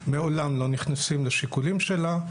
מעולם לא נכנסים לשיקולים שלה,